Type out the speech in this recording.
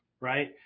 right